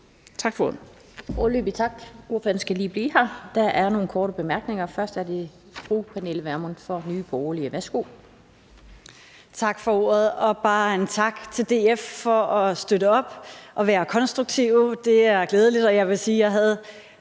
Tak for ordet.